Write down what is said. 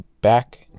back